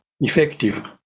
effective